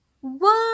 one